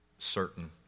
Certain